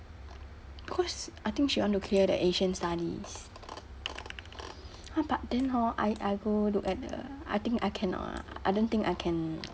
cause I think she want to clear the asian studies !huh! but then hor I I go look at the the I think I cannot ah I don't think I can